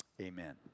Amen